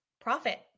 profit